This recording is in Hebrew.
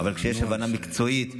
אבל כשיש הבנה מקצועית,